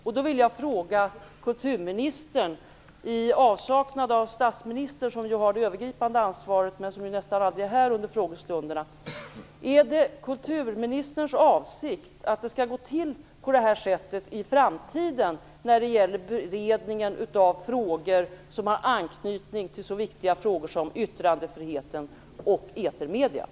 Jag vill då fråga kulturministern, eftersom statsministern som ju har det övergripande ansvaret inte är närvarande, något som han nästan aldrig är vid de muntliga frågestunderna: Är det kulturministerns avsikt att det skall gå till på det här sättet i framtiden när det gäller beredningen av frågor som har anknytning till någonting så viktigt som yttrandefriheten och etermedier?